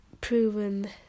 proven